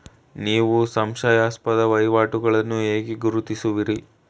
ನೀವು ಸಂಶಯಾಸ್ಪದ ವಹಿವಾಟುಗಳನ್ನು ಹೇಗೆ ಗುರುತಿಸುವಿರಿ?